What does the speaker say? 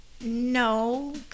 No